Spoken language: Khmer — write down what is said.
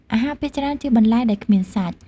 អាហារភាគច្រើនជាបន្លែដែលគ្មានសាច់។